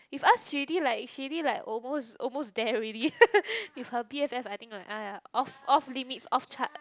with us she already like she already like almost almost there already with her B_F_F I think like !aiya! off off limits off chart